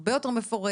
הרבה יותר מפורטת,